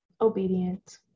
obedient